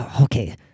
okay